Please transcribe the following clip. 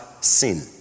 Sin